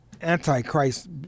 anti-Christ